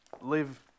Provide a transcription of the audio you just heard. live